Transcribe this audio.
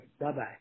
Bye-bye